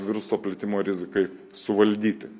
viruso plitimo rizikai suvaldyti